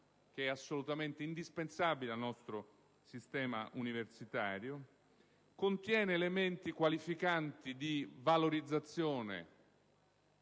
assolutamente indispensabile al nostro sistema universitario, e contiene elementi qualificanti di valorizzazione